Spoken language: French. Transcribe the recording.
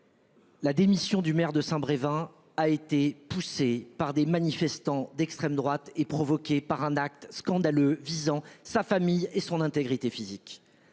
La démission du maire de Saint-Brévin a été poussé par des manifestants d'extrême droite et provoqué par un acte scandaleux visant sa famille et son intégrité physique.